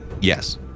Yes